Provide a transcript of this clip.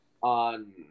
on